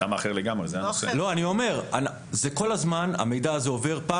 כל הזמן המידע הזה עובר.